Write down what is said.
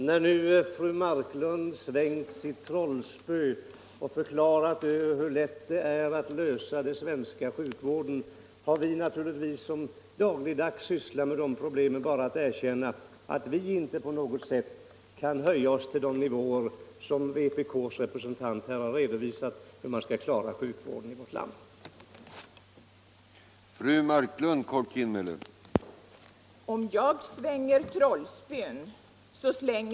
Herr talman! När nu fru Marklund svängt sitt trollspö och förklarat hur lätt det är att lösa den svenska sjukvårdens problem har vi som = Nr 121 dagligdags sysslar med dessa problem bara att erkänna att vi inte på Fredagen den något sätt kan höja oss till samma nivå som vpk:s representant. Hon 7 maj 1976 har visat oss hur man skall klara sjukvården i vårt land. lr op RN